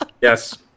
Yes